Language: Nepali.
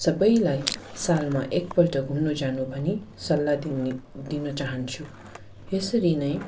सबैलाई सालमा एकपल्ट घुम्नु जानु भनी सल्लाह दिनी दिन चाहन्छु यसरी नै